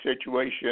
situation